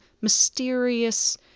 mysterious